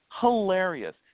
Hilarious